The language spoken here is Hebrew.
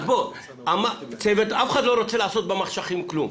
אז בוא, אף אחד לא רוצה לעשות במחשכים כלום.